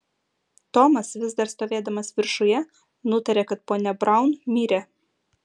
tomas vis dar stovėdamas viršuje nutarė kad ponia braun mirė